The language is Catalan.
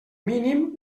mínim